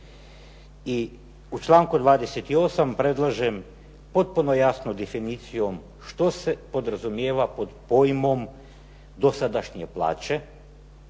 I u članku 28. predlažem potpuno jasno definiciju što se podrazumijeva pod pojmom dosadašnje plaće